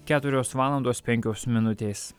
keturios valandos penkios minutės